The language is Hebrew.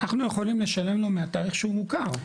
אנחנו יכולים לשלם לו מהתאריך שהוא מוכר.